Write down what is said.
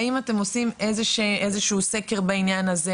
האם אתם עושים סקר בעניין הזה,